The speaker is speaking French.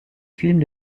films